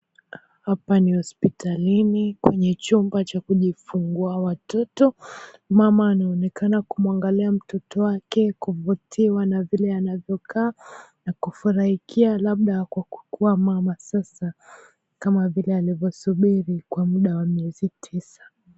Hapa ni hospitalini kwenye chumba cha kujifungua watoto. Mama anaonekana kumwangalia mtoto wake kuvutiwa na vile anavyokaa na kufurahikia labda kwa kukuwa mama sasa kama vile alivyosubiri kwa muda wa miezi tisa.